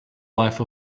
life